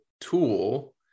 tool